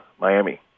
Miami